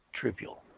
trivial